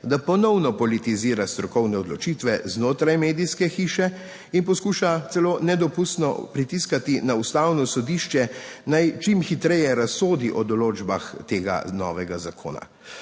da ponovno politizira strokovne odločitve znotraj medijske hiše in poskuša celo nedopustno pritiskati na Ustavno sodišče, naj čim hitreje razsodi o določbah tega novega zakona.